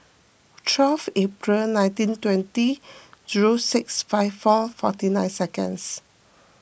twelve April nineteen twenty zero six five four forty nine seconds